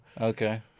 Okay